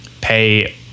pay